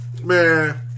man